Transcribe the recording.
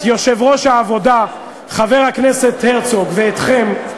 את יושב-ראש העבודה חבר הכנסת הרצוג ואתכם,